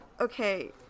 Okay